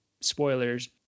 spoilers